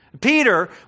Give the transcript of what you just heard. Peter